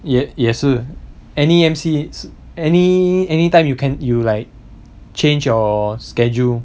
也也是 any M_C any anytime you can you like change your schedule